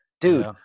Dude